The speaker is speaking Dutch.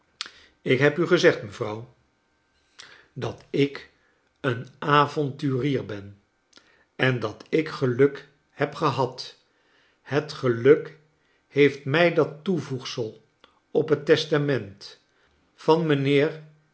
ik heb u gezegd mevrouw dat ik een avonturier ben en dat ik geluk heb gehad het geluk heeft mij dat toevoegsel op het testament van mijnheer